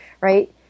Right